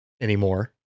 anymore